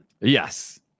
Yes